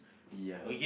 ya